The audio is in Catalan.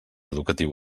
educatiu